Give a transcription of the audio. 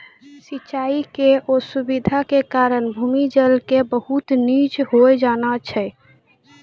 सिचाई के असुविधा के कारण भूमि जल के बहुत नीचॅ होय जाना छै